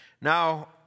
Now